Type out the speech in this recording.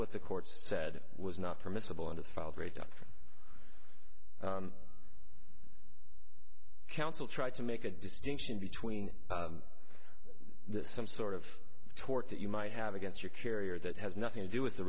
what the court said was not permissible under the council tried to make a distinction between some sort of tort that you might have against your carrier that has nothing to do with the